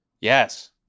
yes